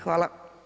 Hvala.